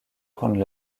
prendre